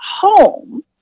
home